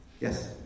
Yes